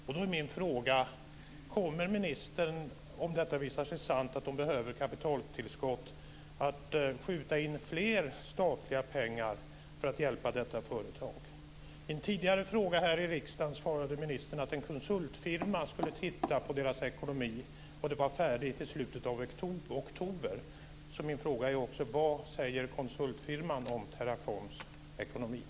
Om det nu visar sig vara sant att Teracom behöver kapitaltillskott, kommer ministern att skjuta in fler statliga pengar för att hjälpa detta företag? Vid en tidigare fråga i riksdagen svarade ministern att en konsultfirma skulle titta på deras ekonomi och att firman skulle vara färdig i slutet av oktober.